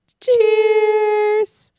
cheers